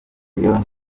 rayon